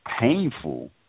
painful